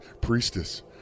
priestess